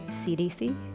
CDC